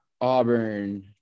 Auburn